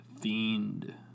fiend